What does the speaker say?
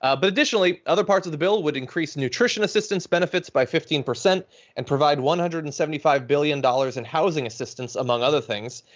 ah but additionally, other parts of the bill would increase nutrition assistance benefits by fifteen percent and provide one hundred and seventy five billion dollars in housing assistance among other things.